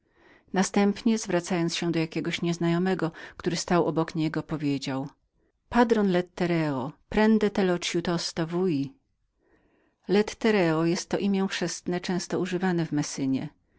następnie zwracając się do jakiegoś nieznajomego który stał obok niego padron lettereo prendete lo chiutosto vui lettereo jest to imię chrzestne często używane w messynie